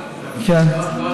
אדוני,